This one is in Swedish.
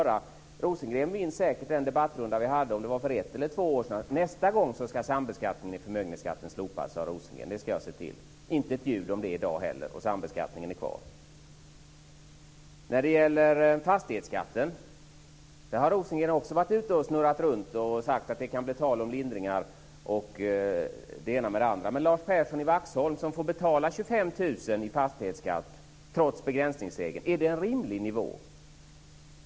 Rosengren minns säkert den debattrunda vi hade för ett eller två år sedan där Rosengren sade: Nästa gång ska sambeskattningen i förmögenhetsbeskattningen slopas. Det har inte varit ett ljud om det i dag, och sambeskattningen är kvar. Rosengren har även när det gäller fastighetsskatten varit ute och snurrat runt och sagt att det kan bli tal om lindringar osv. Men är det en rimlig nivå för Lars Persson i Vaxholm att betala 25 000 kr i fastighetsskatt trots begränsningsregeln?